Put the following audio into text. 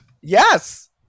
Yes